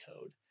code